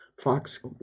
fox